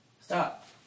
Stop